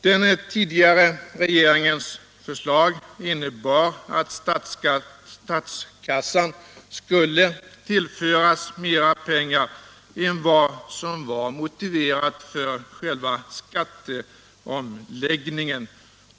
Den tidigare regeringens förslag innebar att statskassan skulle tillföras mera pengar än vad som var motiverat för själva skatteomläggningen.